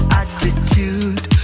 attitude